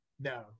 no